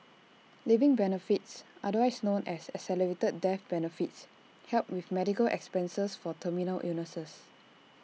living benefits otherwise known as accelerated death benefits help with medical expenses for terminal illnesses